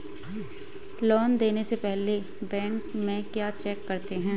Loan देने से पहले बैंक में क्या चेक करते हैं?